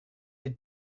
the